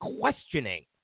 questioning